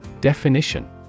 Definition